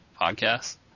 podcast